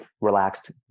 relaxed